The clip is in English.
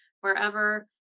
wherever